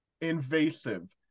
invasive